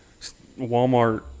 Walmart